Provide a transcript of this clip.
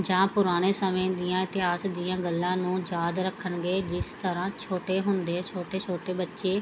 ਜਾਂ ਪੁਰਾਣੇ ਸਮੇਂ ਦੀਆਂ ਇਤਿਹਾਸ ਦੀਆਂ ਗੱਲਾਂ ਨੂੰ ਯਾਦ ਰੱਖਣਗੇ ਜਿਸ ਤਰ੍ਹਾਂ ਛੋਟੇ ਹੁੰਦੇ ਛੋਟੇ ਛੋਟੇ ਬੱਚੇ